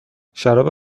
شراب